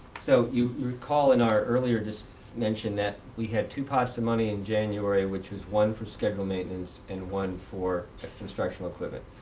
so you recall in our earlier just mention that we had two pots of money in january which was one for scheduled maintenance and one for instructional equipment.